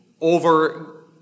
over